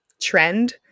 trend